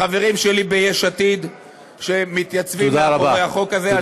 לחברים שלי ביש עתיד שמתייצבים מאחורי החוק הזה.